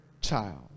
child